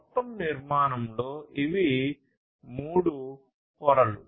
మొత్తం నిర్మాణంలో ఇవి మూడు పొరలు